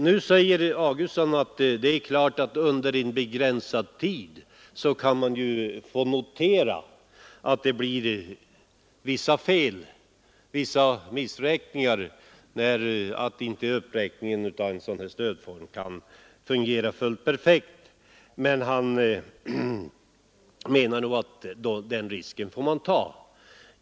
Nu säger herr Wictorsson att det är klart att under en begränsad tid kan man få notera att det blir vissa fel och missräkningar och att uppräkningen av ett sådant här stöd inte omedelbart kan fungera fullt perfekt. Han menar nog att den risken får man ta.